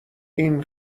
این